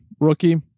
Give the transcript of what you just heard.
Rookie